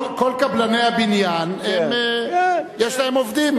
כל קבלני הבניין, יש להם עובדים.